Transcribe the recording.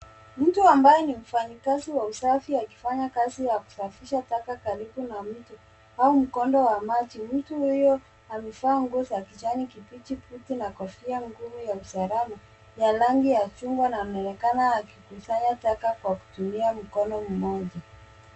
Mtu ambaye ni mfanyikazi wa usafi akifanya kazi ya kusafisha taka karibu na mito au mkondo wa maji. Mtu huyu amevaa nguo za kijani kibichi, buti na kofia ngumu ya usalama ya rangi ya chungwa na ameonekana akikusanya taka akitumia mkono mmoja.